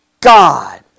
God